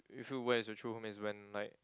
you feel where is your true home is when like